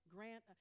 Grant